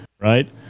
right